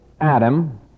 Adam